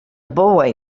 boy